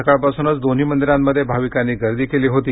सकाळपासूनच दोन्ही मंदिरांमध्ये भाविकांनी गर्दी केली होती